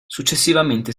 successivamente